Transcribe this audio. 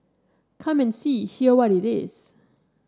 come and see hear what it is